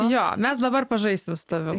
jo mes dabar pažaisim su tavim